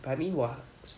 I mean !wah!